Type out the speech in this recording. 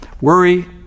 worry